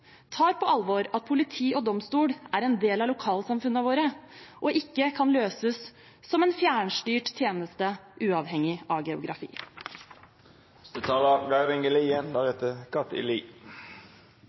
tar på alvor at politi og domstol er en del av lokalsamfunnene våre og ikke kan løses som en fjernstyrt tjeneste uavhengig av